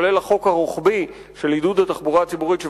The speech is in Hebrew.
כולל החוק הרוחבי של עידוד התחבורה הציבורית,